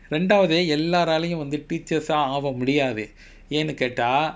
ரெண்டாவது எல்லாராலயும் வந்து:rendavathu ellaralayum vanthu teachers ஆக முடியாது ஏன்னு கேட்டா:aaga mudiyathu yaennu ketaa